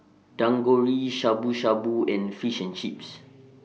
Shabu Shabu and Fish and Chips